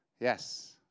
Yes